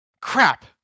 Crap